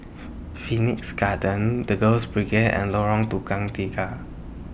Phoenix Garden The Girls Brigade and Lorong Tukang Tiga